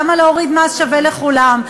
למה להוריד מס שווה לכולם?